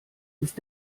ist